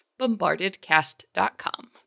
BombardedCast.com